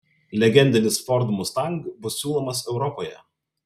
legendinis ford mustang bus siūlomas europoje